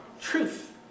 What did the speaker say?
truth